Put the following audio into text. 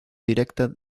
directa